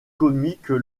comique